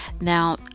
now